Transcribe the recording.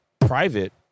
private